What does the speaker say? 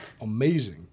amazing